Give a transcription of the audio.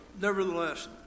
nevertheless